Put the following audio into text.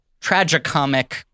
tragicomic